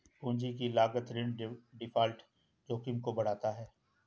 पूंजी की लागत ऋण डिफ़ॉल्ट जोखिम को बढ़ाता है